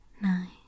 nine